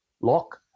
lock